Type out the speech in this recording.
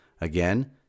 again